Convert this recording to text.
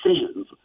decisions